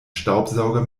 staubsauger